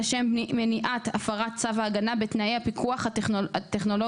לשם מניעת הפרת צו ההגנה בתנאי פיקוח טכנולוגי